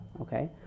Okay